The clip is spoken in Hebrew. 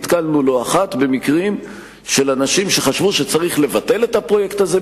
נתקלנו לא אחת במקרים של אנשים שחשבו שצריך לבטל את הפרויקט הזה,